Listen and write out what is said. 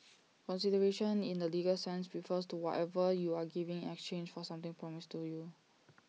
consideration in the legal sense refers to whatever you are giving in exchange for something promised to you